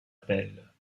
pelle